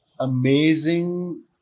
amazing